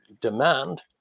demand